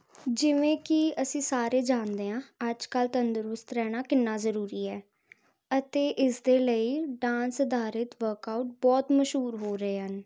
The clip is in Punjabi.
ਜਿਵੇਂ ਕਿ ਅਸੀਂ ਸਾਰੇ ਜਾਣਦੇ ਹਾਂ ਅੱਜ ਕੱਲ੍ਹ ਤੰਦਰੁਸਤ ਰਹਿਣਾ ਕਿੰਨਾ ਜ਼ਰੂਰੀ ਹੈ ਅਤੇ ਇਸ ਦੇ ਲਈ ਡਾਂਸ ਅਧਾਰਿਤ ਵਰਕਆਊਟ ਬਹੁਤ ਮਸ਼ਹੂਰ ਹੋ ਰਹੇ ਹਨ